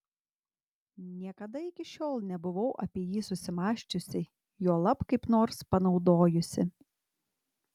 niekada iki šiol nebuvau apie jį susimąsčiusi juolab kaip nors panaudojusi